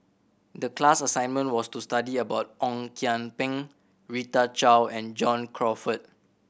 the class assignment was to study about Ong Kian Peng Rita Chao and John Crawfurd